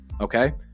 Okay